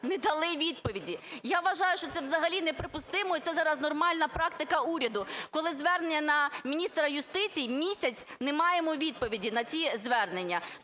не дали відповіді. Я вважаю, що це взагалі неприпустимо, і це зараз нормальна практика уряду, коли звернення на міністра юстиції - місяць не маємо відповіді на ці звернення.